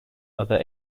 other